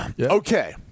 Okay